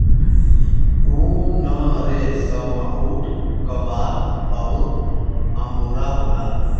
उनरेसमऊट क बाल अउर अंगोरा होला